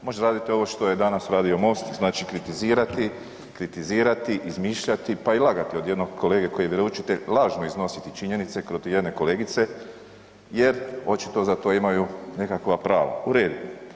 Može raditi ovo što je danas radio MOST, znači kritizirati, kritizirati, izmišljati pa i lagati od jednog kolege koji je vjeroučitelj, lažno iznositi činjenice protiv jedne kolegice jer očito za to imaju nekakva prava, u redu.